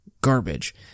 garbage